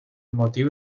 motiu